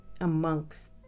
amongst